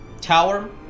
tower